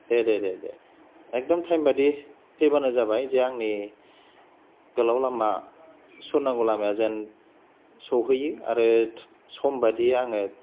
दे दे दे दे एखदम टाइम बायदि फैबानो जाबाय जे आंनि गोलाव लामा सुरनांगौ लामाया जेन सहैयो आरो सम बायदि आङो